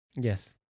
Yes